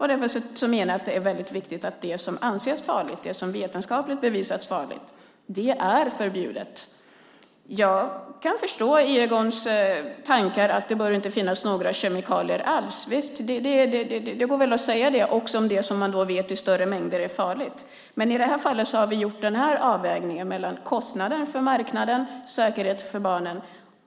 Därför menar jag att det är väldigt viktigt att det som anses farligt, det som vetenskapligt bevisats vara farligt, är förbjudet. Jag kan förstå Egon Frids tankar att det inte bör finnas några kemikalier alls. Visst, det går väl att säga det också om det som man vet är farligt i större mängder. Men i det här fallet har vi gjort avvägningen mellan kostnaden för marknaden och säkerheten för barnen.